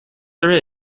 there